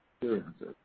experiences